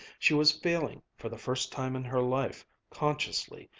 she was feeling, for the first time in her life consciously,